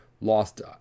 lost